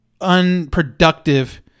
unproductive